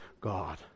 God